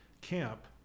camp